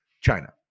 China